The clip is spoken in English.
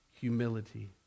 humility